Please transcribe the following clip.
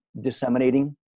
disseminating